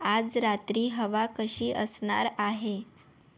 आज रात्री हवा कशी असणार आहे